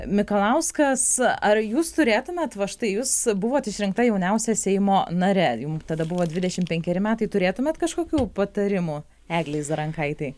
mikalauskas ar jūs turėtumėt va štai jūs buvote išrinkt jauniausia seimo nare jum tada buvo dvidešim penkeri metai turėtumėt kažkokių patarimų eglei zarankaitei